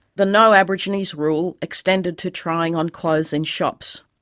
the no aborigines rule extended to trying on clothes in shops.